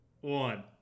one